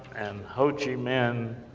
and ho chi mihn,